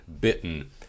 bitten